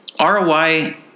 ROI